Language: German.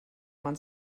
man